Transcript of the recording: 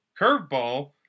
curveball